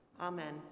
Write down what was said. amen